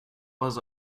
was